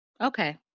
Okay